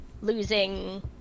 losing